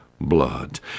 blood